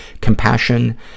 Compassion